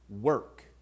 work